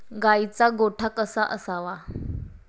गाईचा गोठा कसा असावा?